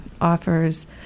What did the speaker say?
offers